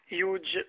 huge